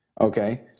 okay